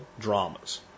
dramas